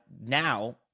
now